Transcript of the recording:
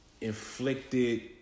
inflicted